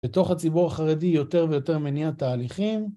בתוך הציבור החרדי יותר ויותר מניעה תהליכים